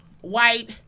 white